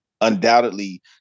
undoubtedly